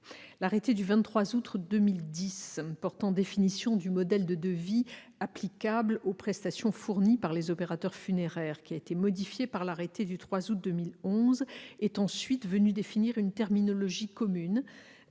L'arrêté du 23 août 2010 portant définition du modèle de devis applicable aux prestations fournies par les opérateurs funéraires, qui a été modifié par l'arrêté du 3 août 2011, est ensuite venu définir une terminologie commune,